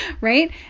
right